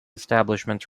establishments